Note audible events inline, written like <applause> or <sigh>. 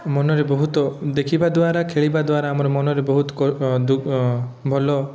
ମନରେ ବହୁତ ଦେଖିବା ଦ୍ୱାରା ଖେଳିବା ଦ୍ୱାରା ଆମର ମନରେ ବହୁତ <unintelligible> ଭଲ